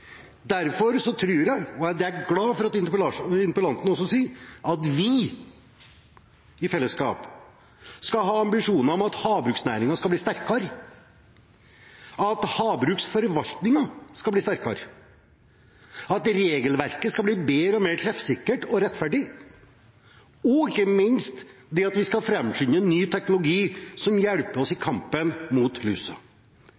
Derfor tror jeg, og jeg er glad for at interpellanten også sier det, at vi i fellesskap skal ha ambisjoner om at havbruksnæringen skal bli sterkere, at havbruksforvaltningen skal bli sterkere, at regelverket skal bli bedre, mer treffsikkert og rettferdig, og – ikke minst – at vi skal framskynde ny teknologi som hjelper oss i